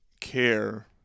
care